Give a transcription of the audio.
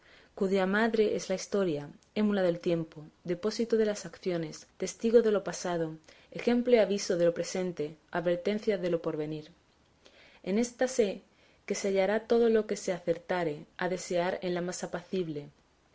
cuya madre es la historia émula del tiempo depósito de las acciones testigo de lo pasado ejemplo y aviso de lo presente advertencia de lo por venir en ésta sé que se hallará todo lo que se acertare a desear en la más apacible